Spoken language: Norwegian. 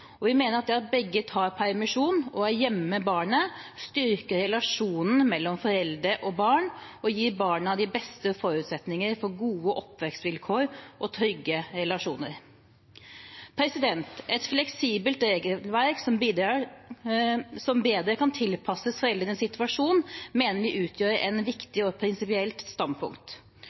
og vi mener at det at begge tar permisjon og er hjemme med barnet, styrker relasjonen mellom foreldre og barn og gir barna de beste forutsetninger for gode oppvekstvilkår og trygge relasjoner. Et fleksibelt regelverk som bedre kan tilpasses foreldrenes situasjon, mener vi utgjør et viktig og prinsipielt standpunkt.